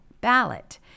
ballot